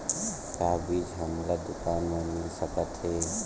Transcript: का बीज हमला दुकान म मिल सकत हे?